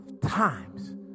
times